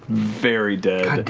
very dead.